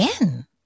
Again